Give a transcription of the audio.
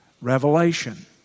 revelation